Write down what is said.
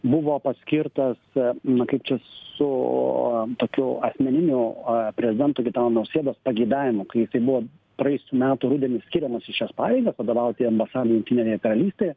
buvo paskirtas na kaip čia su tokiu asmeniniu prezidento gitano nausėdos pageidavimu kai jisai buvo praėjusių metų rudenį skiriamas į šias pareigas vadovauti ambasadai jungtinėje karalystėje